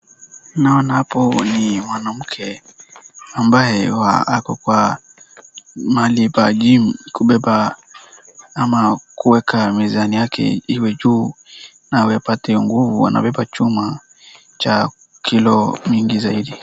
Naona hapo ni mwanamke ambaye akokwa mahali pa jimu kubeba ama kuweka mezani yake iwe juu na pate nguvu anabeba chuma cha kilo mingi zaidi.